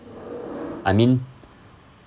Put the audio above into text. I mean